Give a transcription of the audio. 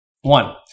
one